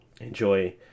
enjoy